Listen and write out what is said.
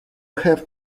have